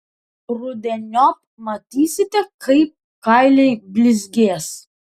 rudeniop matysite kaip kailiai blizgės